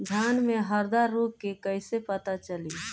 धान में हरदा रोग के कैसे पता चली?